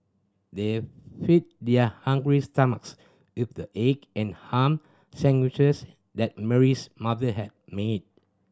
they fed their hungry stomachs with the egg and ham sandwiches that Mary's mother had made